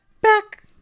back